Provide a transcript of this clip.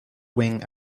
wing